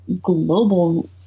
global